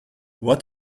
what